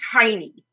tiny